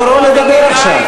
תורו לדבר עכשיו.